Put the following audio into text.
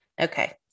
Okay